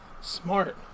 Smart